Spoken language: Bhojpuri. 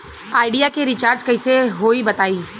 आइडिया के रीचारज कइसे होई बताईं?